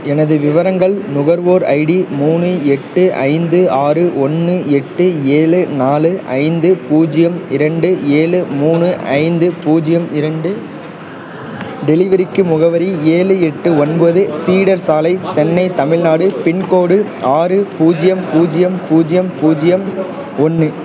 எனது விவரங்கள் நுகர்வோர் ஐடி மூணு எட்டு ஐந்து ஆறு ஒன்று எட்டு ஏழு நாலு ஐந்து பூஜ்ஜியம் இரண்டு ஏழு மூணு ஐந்து பூஜ்ஜியம் இரண்டு டெலிவரிக்கு முகவரி ஏழு எட்டு ஒன்பது சீடர் சாலை சென்னை தமிழ்நாடு பின்கோடு ஆறு பூஜ்ஜியம் பூஜ்ஜியம் பூஜ்ஜியம் பூஜ்ஜியம் ஒன்று